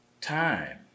Time